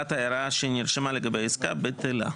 עילת הערה שנרשמה לגבי העסקה בטלה".